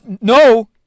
No